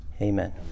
Amen